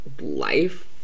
life